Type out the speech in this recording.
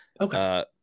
okay